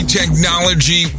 technology